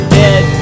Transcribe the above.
dead